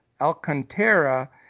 Alcantara